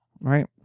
right